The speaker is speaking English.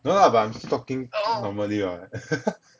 no lah but I'm talking normally [what]